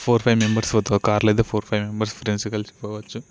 four five members ఒక కార్లో అయితే ఫోర్ ఫైవ్ మెంబర్స్ ఫ్రెండ్స్ కలిసిపోవచ్చు